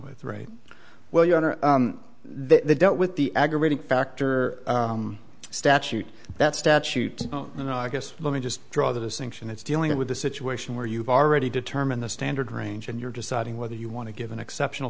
with right well you know they dealt with the aggravating factor statute that statute you know i guess let me just draw the distinction it's dealing with a situation where you've already determined the standard range and you're deciding whether you want to give an exceptional